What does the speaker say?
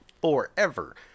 forever